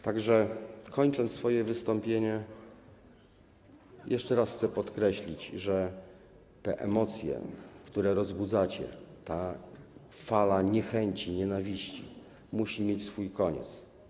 Tak że, kończąc swoje wystąpienie, jeszcze raz chcę podkreślić, że te emocje, które rozbudzacie, ta fala niechęci, nienawiści muszą mieć swój koniec.